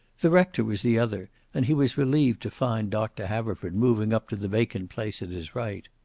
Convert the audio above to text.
the rector was the other, and he was relieved to find doctor haverford moving up to the vacant place at his right.